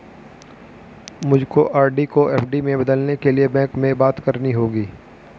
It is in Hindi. मुझको आर.डी को एफ.डी में बदलने के लिए बैंक में बात करनी होगी